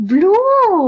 Blue